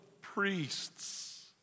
priests